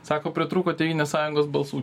sako pritrūko tėvynės sąjungos balsų